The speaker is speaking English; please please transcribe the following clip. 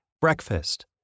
Breakfast